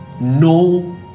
no